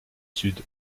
sud